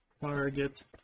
target